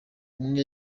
umwe